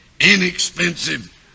inexpensive